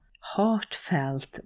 heartfelt